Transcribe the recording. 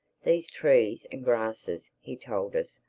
these trees and grasses, he told us,